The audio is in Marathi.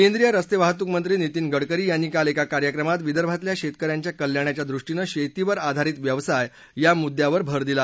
केंद्रीय रस्ते वाहतूक मंत्री नितीन गडकरी यांनी काल एका कार्यक्रमात विदर्भातील शेतकऱ्यांच्या कल्याणाच्या दृष्टीनं शेतीवर आधारित व्यवसाय या मुद्द्यावर भर दिला